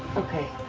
okay.